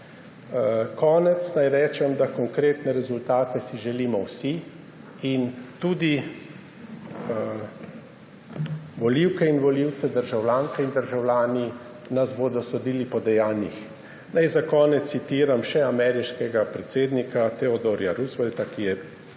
konec naj rečem, da si konkretne rezultate želimo vsi. Tudi volivke in volivce, državljanke in državljani nas bodo sodili po dejanjih. Naj za konec citiram še ameriškega predsednika Theodora Roosevelta, ki je pred davnimi